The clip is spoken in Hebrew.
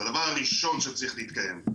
זה הדבר הראשון שצריך להתקיים.